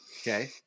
Okay